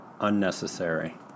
unnecessary